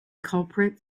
culprit